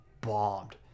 bombed